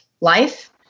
life